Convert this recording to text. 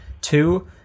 Two